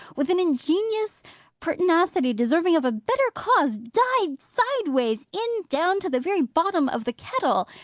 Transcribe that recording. with an ingenious pertinacity deserving of a better cause, dived sideways in down to the very bottom of the kettle.